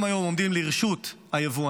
הם היום עומדים לרשות היבואנים,